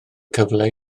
cyfle